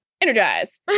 energize